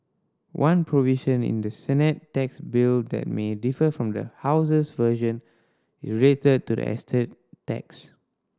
one provision in the Senate tax bill that may differ from the House's version is related to the estate tax